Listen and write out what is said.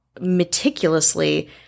meticulously